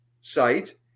site